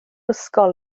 ysgol